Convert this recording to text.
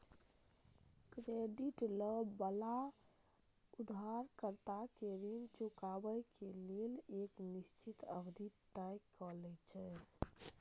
credit लए बला उधारकर्ता कें ऋण चुकाबै लेल एक निश्चित अवधि तय कैल जाइ छै